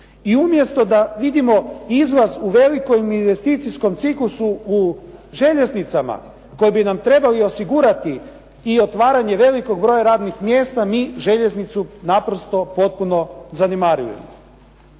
I umjesto da vidimo izlaz u velikom investicijskom ciklusu u željeznicama koji bi nam trebali osigurati i otvaranje velikog broja radnih mjesta mi željeznicu naprosto potpuno zanemarujemo.